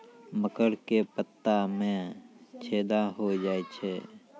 मकर के पत्ता मां छेदा हो जाए छै?